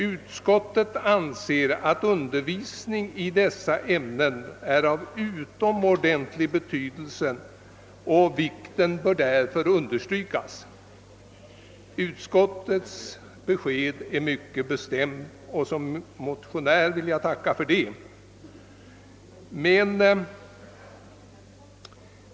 Utskottet anser att undervisning i miljöoch naturfrågor är av utomordentlig betydelse. Utskottets besked är mycket bestämt, och som motionär vill jag tacka för det.